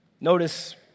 Notice